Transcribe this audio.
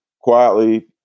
quietly